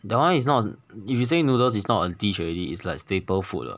that one is not if you say noodles is not a dish already it's like staple food 了